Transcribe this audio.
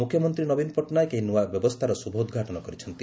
ମୁଖ୍ୟମନ୍ତ୍ରୀ ନବୀନ ପଟ୍ଟନାୟକ ଏହି ନୂଆ ବ୍ୟବସ୍ଥାର ଶୁଭ ଉଦ୍ଘାଟନ କରିଛନ୍ତି